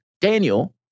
Daniel